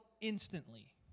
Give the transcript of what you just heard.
instantly